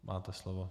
Máte slovo.